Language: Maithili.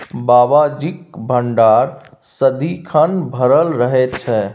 बाबाजीक भंडार सदिखन भरल रहैत छै